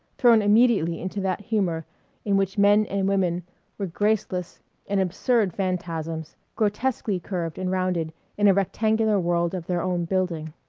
thrown immediately into that humor in which men and women were graceless and absurd phantasms, grotesquely curved and rounded in a rectangular world of their own building.